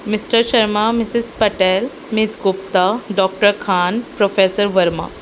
mister Sharma Mrs Patel Miss Gupta doctor Khan professor Verma